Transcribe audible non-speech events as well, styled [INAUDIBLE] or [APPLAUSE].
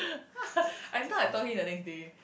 [LAUGHS] I thought I told him the next day